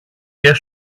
και